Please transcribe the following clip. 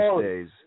days